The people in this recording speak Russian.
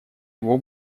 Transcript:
его